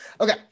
Okay